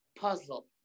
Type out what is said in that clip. puzzle